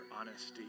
honesty